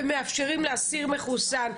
ומאפשרים לאסיר מחוסן.